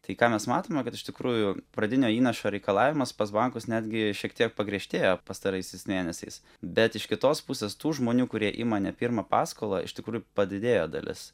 tai ką mes matome kad iš tikrųjų pradinio įnašo reikalavimas pas bankus netgi šiek tiek pagriežtėjo pastaraisiais mėnesiais bet iš kitos pusės tų žmonių kurie ima ne pirmą paskolą iš tikrųjų padidėjo dalis